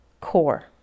core